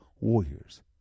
warriors